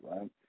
right